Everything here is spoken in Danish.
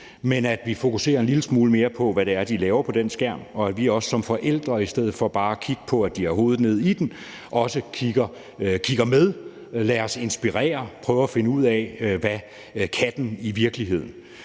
men at vi fokuserer en lille smule mere på, hvad det er, de laver foran den skærm, og at vi som forældre i stedet for at bare kigge på, at de har hovedet nede i den, også kigger med og lader os inspirere og prøver at finde ud af, hvad den i virkeligheden kan.